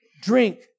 drink